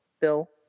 Bill